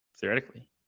theoretically